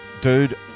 Dude